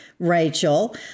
Rachel